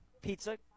pizza